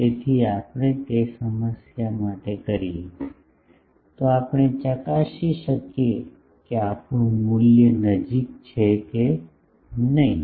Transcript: તેથી જો આપણે તે જ સમસ્યા માટે કરીએ તો આપણે ચકાસી શકીએ કે આપણું મૂલ્ય નજીક છે કે નહીં